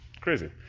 crazy